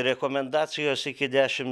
rekomendacijos iki dešim